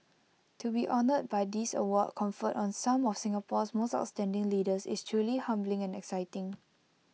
to be honoured by this award conferred on some of Singapore's most outstanding leaders is truly humbling and exciting